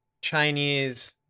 chinese